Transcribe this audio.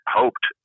hoped